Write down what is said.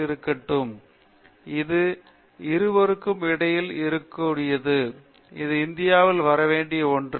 விஸ்வநாதன் இது இருவருக்கும் இடையில் இருக்கக் கூடியது அது இந்தியாவில் வர வேண்டிய ஒன்று